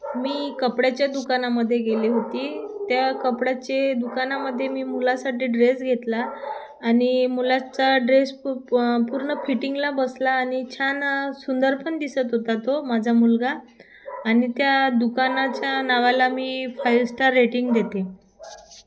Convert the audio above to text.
मी कपड्याच्या दुकानामध्येे गेली होती त्या कपड्याचे दुकानामध्येे मी मुलासाठी ड्रेस घेतला आणि मुलाचा ड्रेस प पूर्ण फिटिंगला बसला आणि छान सुंदर पण दिसत होता तो माझा मुलगा आणि त्या दुकानाच्या नावाला मी फाईव स्टार रेटिंग देते